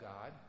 God